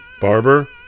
Barber